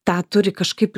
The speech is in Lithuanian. tą turi kažkaip